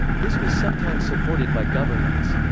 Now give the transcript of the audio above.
this was sometimes supported by governments.